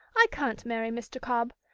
i can't marry mr. cobb.